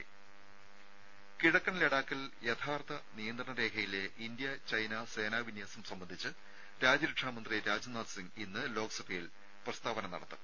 രുര കിഴക്കൻ ലഡാക്കിൽ യഥാർത്ഥ നിയന്ത്രണ രേഖയിലെ ഇന്ത്യ ചൈന സേനാ വിന്യാസം സംബന്ധിച്ച് രാജ്യരക്ഷാ മന്ത്രി രാജ്നാഥ് സിംഗ് ഇന്ന് ലോക്സഭയിൽ പ്രസ്താവന നടത്തും